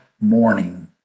morning